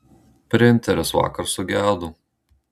printeris vakar sugedo